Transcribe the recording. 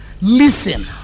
listen